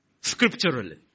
scripturally